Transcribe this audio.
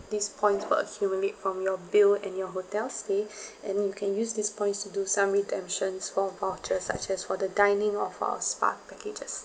these points will accumulate from your bill and your hotel stay and then you can use this points to do some redemptions for voucher such as for the dining or our spa packages